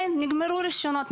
אין נגמרו הרישיונות.